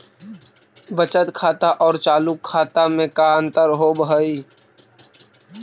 बचत खाता और चालु खाता में का अंतर होव हइ?